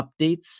updates